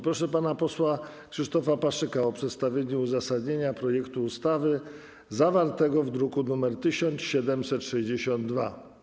Proszę pana posła Krzysztofa Paszyka o przedstawienie uzasadnienia projektu ustawy zawartego w druku nr 1762.